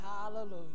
Hallelujah